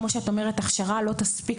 כמו שאת אומרת הכשרה לא תספיק.